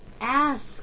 ask